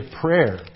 prayer